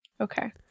Okay